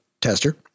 tester